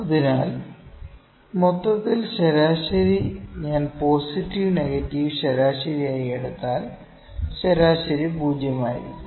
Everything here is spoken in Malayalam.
അതിനാൽ മൊത്തത്തിൽ ശരാശരി ഞാൻ പോസിറ്റീവ് നെഗറ്റീവ് ശരാശരി ആയി എടുത്താൽ ശരാശരി 0 ആയിരിക്കും